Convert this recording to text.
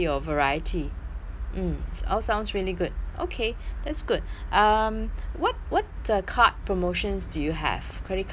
mm it all sounds really good okay that's good um what what uh club promotions do you have credit card promotions